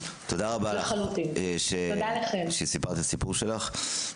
תודה רבה לך שסיפרת את הסיפור שלך.